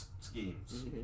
schemes